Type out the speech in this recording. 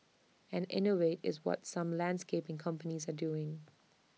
and innovate is what some landscaping companies are doing